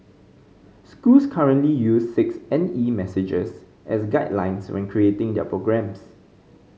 schools currently use six N E messages as guidelines when creating their programmes